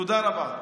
תודה רבה.